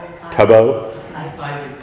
Tubbo